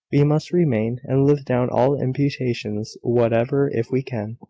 we must remain, and live down all imputations whatever, if we can.